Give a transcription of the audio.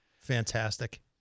Fantastic